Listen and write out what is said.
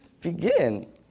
begin